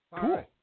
Cool